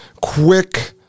quick